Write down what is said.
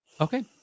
Okay